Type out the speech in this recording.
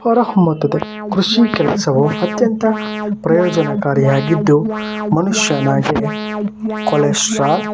ಹೊರ ಹೊಮ್ಮುತ್ತದೆ ಕೃಷಿ ಕೆಲಸವು ಅತ್ಯಂತ ಪ್ರಯೋಜನಕಾರಿಯಾಗಿದ್ದು ಮನುಷ್ಯನಿಗೆ ಕೊಲೆಸ್ಟ್ರಾಲ್